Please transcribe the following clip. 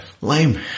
lame